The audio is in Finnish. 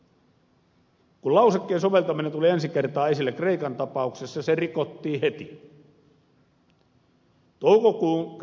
kun lausekkeen soveltaminen tuli ensi kertaa esille kreikan tapauksessa se rikottiin heti